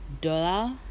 dollar